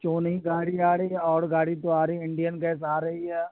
کیوں نہیں گاڑی آ رہی اور گاڑی تو آ رہی ہے انڈین گیس آ رہی ہے